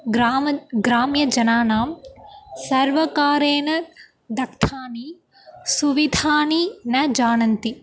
ग्राम ग्राम्यजनानां सर्वकारेण दत्तानि सुविधानि न जानन्ति